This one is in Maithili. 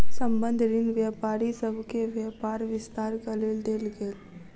संबंद्ध ऋण व्यापारी सभ के व्यापार विस्तारक लेल देल गेल